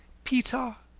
peter,